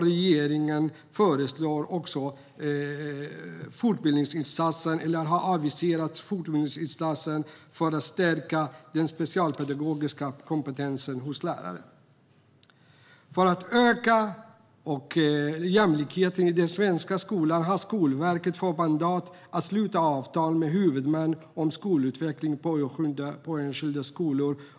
Regeringen har också aviserat fortbildningsinsatser för att stärka den specialpedagogiska kompetensen hos lärare. För att öka jämlikheten i den svenska skolan har Skolverket fått mandat att sluta avtal med huvudmän om att påskynda skolutveckling på enskilda skolor.